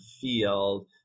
field